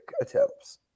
attempts